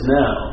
now